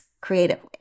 creatively